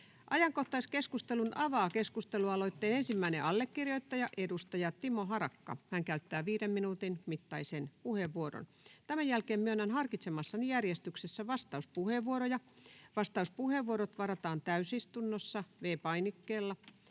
Ajankohtaiskeskustelun avaa keskustelualoitteen ensimmäinen allekirjoittaja, edustaja Timo Harakka. Hän käyttää viiden minuutin mittaisen puheenvuoron. Tämän jälkeen myönnän harkitsemassani järjestyksessä vastauspuheenvuoroja. Vastauspuheenvuorot varataan täysistunnossa V-painikkeella.